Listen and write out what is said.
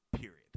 period